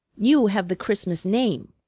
you have the christmas name.